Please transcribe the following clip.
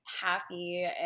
happy